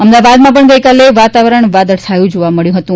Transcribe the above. અમદાવાદમાં પણ ગઇકાલે વાતાવરણ વાદળછાયું જોવા મળ્યું હતું